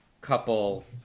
couple